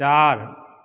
चार